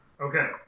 Okay